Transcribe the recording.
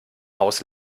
haus